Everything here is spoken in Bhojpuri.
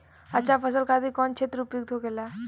अच्छा फसल खातिर कौन क्षेत्र उपयुक्त होखेला?